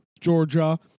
Georgia